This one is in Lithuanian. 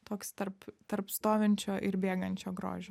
toks tarp tarp stovinčio ir bėgančio grožio